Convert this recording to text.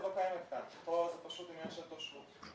פה זה פשוט עניין של תושבות.